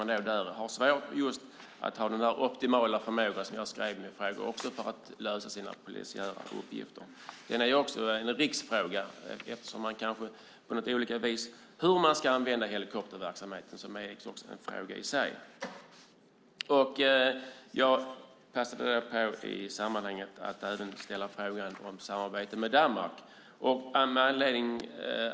Man har därför svårt att, som jag frågat om, nå en optimal förmåga att lösa sina polisiära uppgifter. Hur helikopterverksamheten ska användas är också en riksfråga - en fråga i sig. Jag har i sammanhanget passat på att ställa en fråga om ett samarbete med Danmark.